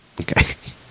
Okay